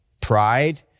pride